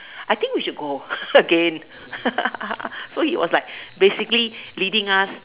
I think we should go again so he was like basically leading us